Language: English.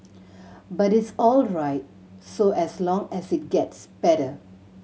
but it's all right so as long as it gets better